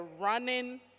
running